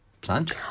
plant